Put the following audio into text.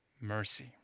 mercy